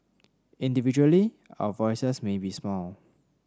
individually our voices may be small